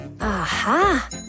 Aha